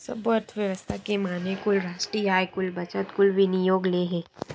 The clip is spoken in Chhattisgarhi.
सब्बो अर्थबेवस्था के माने कुल रास्टीय आय, कुल बचत, कुल विनियोग ले हे